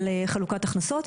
על חלוקת הכנסות,